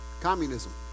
Communism